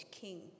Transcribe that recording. king